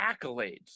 accolades